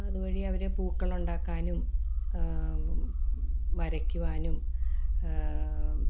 അപ്പം അതുവഴി അവർ പൂക്കളുണ്ടാക്കാനും വരയ്ക്കുവാനും